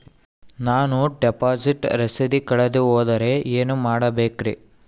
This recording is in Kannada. ನಾನು ಡಿಪಾಸಿಟ್ ರಸೇದಿ ಕಳೆದುಹೋದರೆ ಏನು ಮಾಡಬೇಕ್ರಿ?